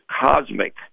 cosmic